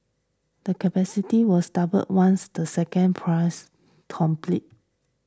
the capacity wills double once the second phase complete